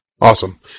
Awesome